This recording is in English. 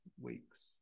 weeks